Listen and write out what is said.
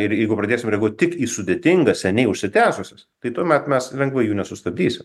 ir jeigu pradėsim reaguot tik į sudėtingas seniai užsitęsusias tai tuomet mes lengvai jų nesustabdysim